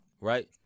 right